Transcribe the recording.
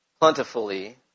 plentifully